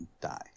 die